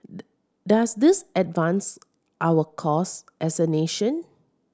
does this advance our cause as a nation